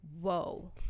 whoa